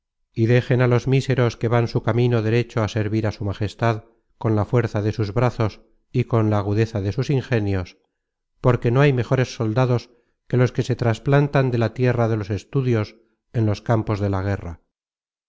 y dejen á los míseros que van su camino derecho á servir á su majestad con la fuerza de sus brazos y con la agudeza de sus ingenios porque no hay mejores soldados que los que se trasplantan de la tierra de los estudios en los campos de la guerra